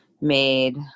made